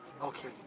Okay